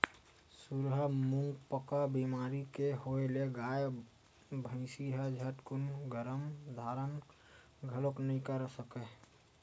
खुरहा मुहंपका बेमारी के होय ले गाय, भइसी ह झटकून गरभ धारन घलोक नइ कर सकय